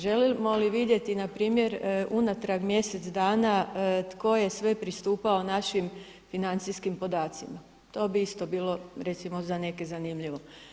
Želimo li vidjeti na primjer unatrag mjesec dana tko je sve pristupao našim financijskim podacima, to bi isto bilo recimo za neke zanimljivo.